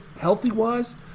healthy-wise